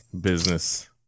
business